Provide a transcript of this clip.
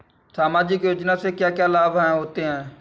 सामाजिक योजना से क्या क्या लाभ होते हैं?